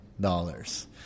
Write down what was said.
dollars